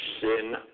sin